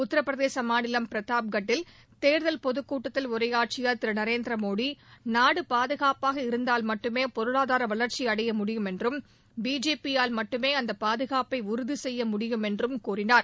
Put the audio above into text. உத்தரப்பிரதேச மாநிலம் பிரதாப்கட்டில் தேர்தல் பொதுக் கூட்டத்தில் உரையாற்றிய திரு நரேந்திர மோடி நாடு பாதுகாப்பாக இருந்தால் மட்டுமே பொருளாதார வளர்ச்சி அடைய முடியும் என்றும் பிஜேபியால் மட்டுமே அந்தப் பாதுகாப்பை உறுதி செய்ய முடியும் என்றும் கூறினார்